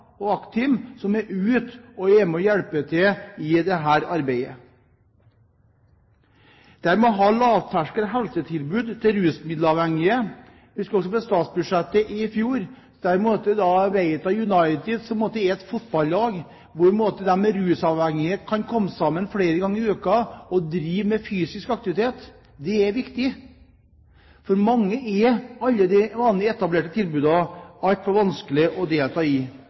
som er ute og hjelper til i dette arbeidet. Det å ha lavterskelhelsetilbud til rusmiddelavhengige er viktig. I en tidligere debatt i forbindelse med statsbudsjettet er Hveita United, som er et fotballag der rusmiddelavhengige kan komme sammen flere ganger i uka og drive med fysisk aktivitet, nevnt. For mange er alle de etablerte tilbudene altfor vanskelig å delta i.